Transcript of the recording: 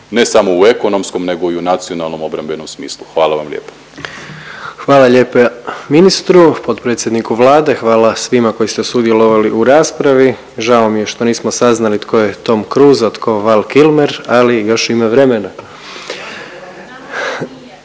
ne samo u ekonomskom nego i u nacionalnom obrambenom smislu. Hvala vam lijepa. **Jandroković, Gordan (HDZ)** Hvala lijepa ministru potpredsjedniku Vlade. Hvala svima koji ste sudjelovali u raspravi. Žao mi je što nismo saznali tko je Tom Cruise, a tko Val Kilmer, ali još ima vremena.